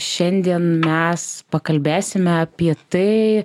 šiandien mes pakalbėsime apie tai